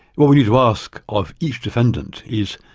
what we need to ask of each defendant is,